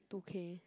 two K